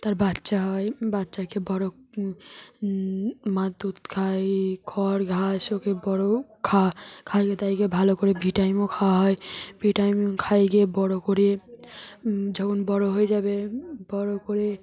তার বাচ্চা হয় বাচ্চাকে বড় মার দুধ খায় খড় ঘাস ওকে বড় খা খাইয়ে দাইয়ে ভালো করে ভিটামিনও খাওয়া হয় ভিটামিন খাইয়ে বড় করে যখন বড় হয়ে যাবে বড় করে